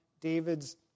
David's